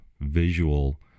visual